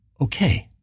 Okay